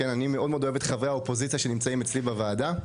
שאני מאוד אוהב את חברי האופוזיציה שנמצאים אצלי כאן בוועדה.